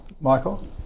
Michael